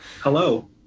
hello